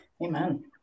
amen